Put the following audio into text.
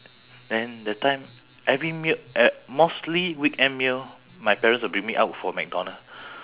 then that time every meal uh mostly weekend meal my parents would bring me out for mcdonald